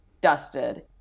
dusted